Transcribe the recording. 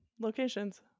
Locations